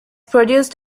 produced